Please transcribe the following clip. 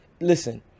listen